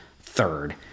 third